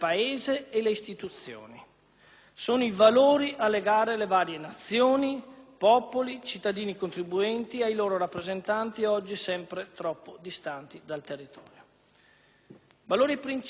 Sono i valori a legare le varie Nazioni, i popoli, i cittadini contribuenti ai loro rappresentanti, oggi sempre troppo distanti dal territorio. Valori e principi quali